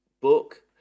book